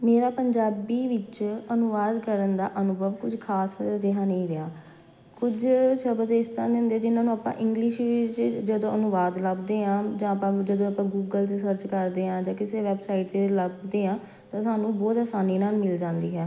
ਮੇਰਾ ਪੰਜਾਬੀ ਵਿੱਚ ਅਨੁਵਾਦ ਕਰਨ ਦਾ ਅਨੁਭਵ ਕੁਝ ਖਾਸ ਜਿਹਾ ਨਹੀਂ ਰਿਹਾ ਕੁਝ ਸ਼ਬਦ ਇਸ ਤਰ੍ਹਾਂ ਦੇ ਹੁੰਦੇ ਜਿਹਨਾਂ ਨੂੰ ਆਪਾਂ ਇੰਗਲਿਸ਼ ਵਿੱਚ ਜਦੋਂ ਅਨੁਵਾਦ ਲੱਭਦੇ ਹਾਂ ਜਾਂ ਆਪਾਂ ਜਦੋਂ ਆਪਾਂ ਗੂਗਲ 'ਚ ਸਰਚ ਕਰਦੇ ਹਾਂ ਜਾਂ ਕਿਸੇ ਵੈਬਸਾਈਟ 'ਤੇ ਲੱਭਦੇ ਹਾਂ ਤਾਂ ਸਾਨੂੰ ਬਹੁਤ ਆਸਾਨੀ ਨਾਲ ਮਿਲ ਜਾਂਦੀ ਹੈ